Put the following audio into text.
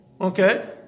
okay